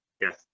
Yes